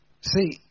See